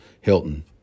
Hilton